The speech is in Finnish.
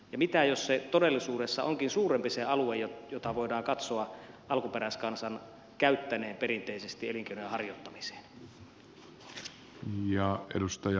mitä jos todellisuudessa onkin suurempi se alue jota voidaan katsoa alkuperäiskansan käyttäneen perinteisesti elinkeinojen harjoittamiseen